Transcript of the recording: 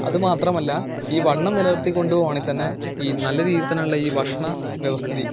അത് മാത്രമല്ല ഈ വണ്ണം നിലനിർത്തി കൊണ്ടുപോവുകയാണെങ്കിൽ തന്നെ ഈ നല്ല രീതിയിൽ തന്നെയുള്ള ഈ ഭക്ഷണ വ്യവസ്ഥിതി